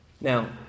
Now